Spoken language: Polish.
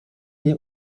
nie